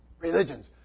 religions